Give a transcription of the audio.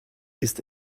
ist